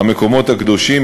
מרכז המקומות הקדושים,